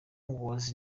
was